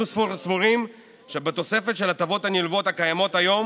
אנחנו סבורים שבתוספת של ההטבות הנלוות הקיימות היום